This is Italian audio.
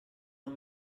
non